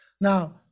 Now